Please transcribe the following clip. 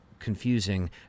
confusing